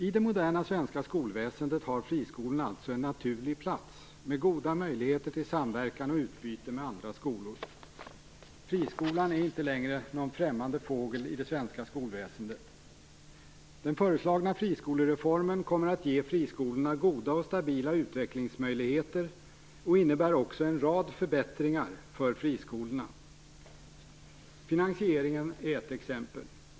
I det moderna svenska skolväsendet har friskolorna alltså en naturlig plats, med goda möjligheter till samverkan och utbyte med andra skolor. Friskolan är inte längre någon främmande fågel i det svenska skolväsendet. Den föreslagna friskolereformen kommer att ge friskolorna goda och stabila utvecklingsmöjligheter och innebär också en rad förbättringar för friskolorna. Finansieringen är ett exempel.